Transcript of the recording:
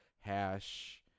hash